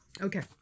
Okay